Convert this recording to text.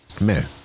man